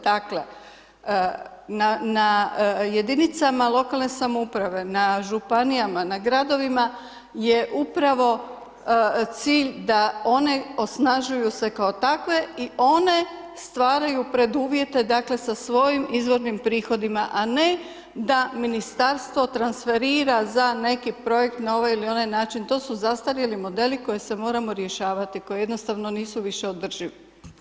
Dakle, na jedinicama lokalne samouprave, na županijama, na gradovima je upravo cilj da one osnažuju se kao takve i one stvaraju preduvjete, dakle, sa svojim izvornim prihodima, a ne da Ministarstvo transferira za neki projekt na ovaj ili onaj način, to su zastarjeli modeli koje se moramo rješavati, koje jednostavno nisu više održivi.